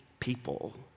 people